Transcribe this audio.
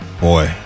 boy